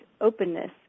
Openness